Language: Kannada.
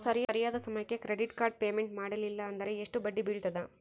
ಸರಿಯಾದ ಸಮಯಕ್ಕೆ ಕ್ರೆಡಿಟ್ ಕಾರ್ಡ್ ಪೇಮೆಂಟ್ ಮಾಡಲಿಲ್ಲ ಅಂದ್ರೆ ಎಷ್ಟು ಬಡ್ಡಿ ಬೇಳ್ತದ?